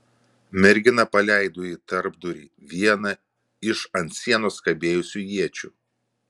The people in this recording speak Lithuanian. mergina paleido į tarpdurį vieną iš ant sienos kabėjusių iečių